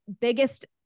biggest